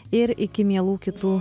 ir iki mielų kitų